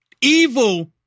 evil